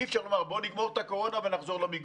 אי-אפשר לומר: בואו נגמור את הקורונה ונחזור למיגון.